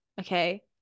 Okay